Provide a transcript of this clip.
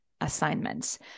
assignments